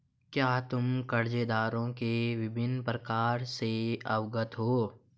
क्या तुम कर्जदारों के विभिन्न प्रकारों से अवगत हो?